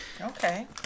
Okay